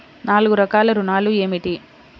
నాలుగు రకాల ఋణాలు ఏమిటీ?